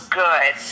good